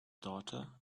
daughter